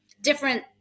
different